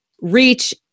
reach